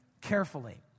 carefully